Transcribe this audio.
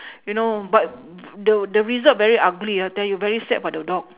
you know but the the result very ugly uh tell you very sad for the dog